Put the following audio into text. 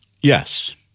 yes